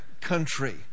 country